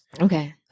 Okay